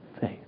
faith